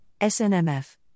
SNMF